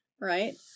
Right